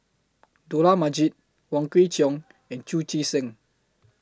Dollah Majid Wong Kwei Cheong and Chu Chee Seng